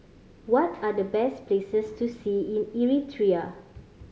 what are the best places to see in Eritrea